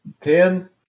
Ten